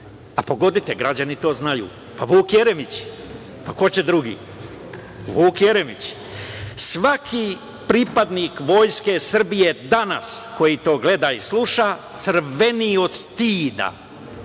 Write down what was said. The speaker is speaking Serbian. Pogodite, građani to znaju, pa Vuk Jeremić. Pa ko će drugi? Vuk Jeremić. Svaki pripadnik Vojske Srbije danas koji to gleda i sluša crveni od stida